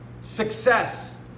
Success